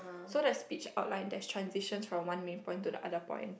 so the speech outline there's transition from one main point to the other point